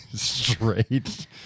straight